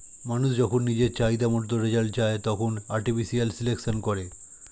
মানুষ যখন নিজের চাহিদা মতন রেজাল্ট চায়, তখন আর্টিফিশিয়াল সিলেকশন করে